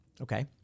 Okay